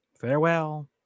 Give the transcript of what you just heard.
Farewell